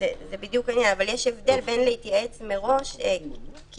אבל יש הבדל בין להתייעץ מראש כי